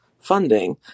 funding